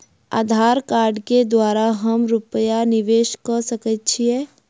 आधार कार्ड केँ द्वारा हम रूपया निवेश कऽ सकैत छीयै?